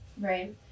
Right